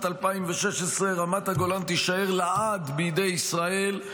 2016: רמת הגולן תישאר לעד בידי ישראל.